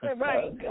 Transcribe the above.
Right